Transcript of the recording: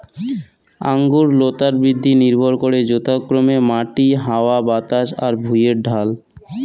আঙুর লতার বৃদ্ধি নির্ভর করে যথাক্রমে মাটি, হাওয়া বাতাস আর ভুঁইয়ের ঢাল